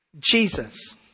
Jesus